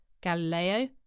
GALILEO